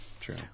true